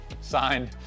Signed